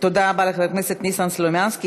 תודה רבה לחבר הכנסת ניסן סלומינסקי,